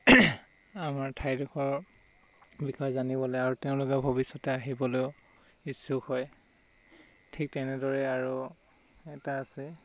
আমাৰ ঠাইডোখৰৰ বিষয়ে জানিবলৈ আৰু তেওঁলোকে ভৱিষ্যতে আহিবলৈও ইচ্ছুক হয় ঠিক তেনেদৰে আৰু এটা আছে